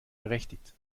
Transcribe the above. berechtigt